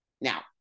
Now